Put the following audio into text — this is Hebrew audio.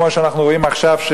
כמו שאנחנו רואים עכשיו,